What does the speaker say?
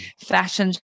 Fashion